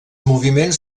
moviments